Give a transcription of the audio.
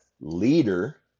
leader